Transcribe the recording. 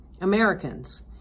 Americans